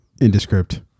indescript